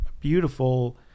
beautiful